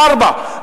בארבעה,